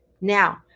Now